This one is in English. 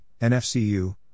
NFCU